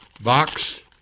Box